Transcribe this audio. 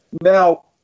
Now